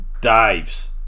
dives